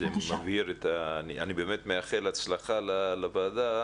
אני מאחל הצלחה לוועדה,